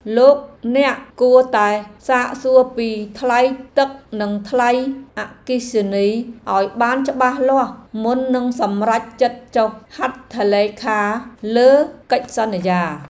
លោកអ្នកគួរតែសាកសួរពីថ្លៃទឹកនិងថ្លៃអគ្គិសនីឱ្យបានច្បាស់លាស់មុននឹងសម្រេចចិត្តចុះហត្ថលេខាលើកិច្ចសន្យា។